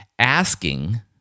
Asking